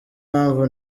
mpamvu